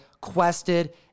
Quested